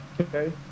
Okay